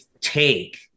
take